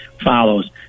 follows